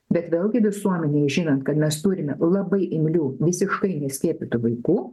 bet vėlgi visuomenėje žinant kad mes turime labai imlių visiškai neskiepytų vaikų